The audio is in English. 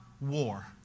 War